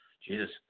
Jesus